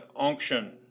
unction